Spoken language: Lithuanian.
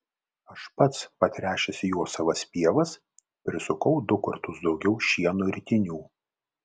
aš pats patręšęs juo savas pievas prisukau du kartus daugiau šieno ritinių